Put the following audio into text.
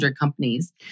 companies